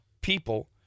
people